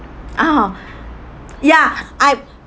(uh huh) ya I